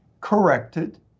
corrected